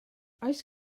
oes